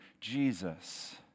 Jesus